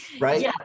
Right